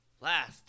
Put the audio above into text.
last